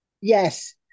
Yes